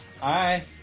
Hi